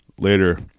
later